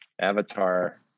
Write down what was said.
Avatar